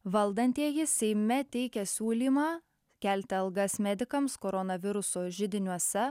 valdantieji seime teikia siūlymą kelti algas medikams koronaviruso židiniuose